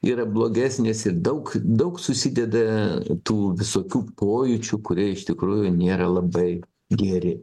yra blogesnės ir daug daug susideda tų visokių pojūčių kurie iš tikrųjų nėra labai geri